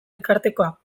elkartekoa